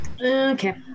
Okay